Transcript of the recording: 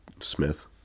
Smith